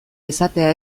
izatea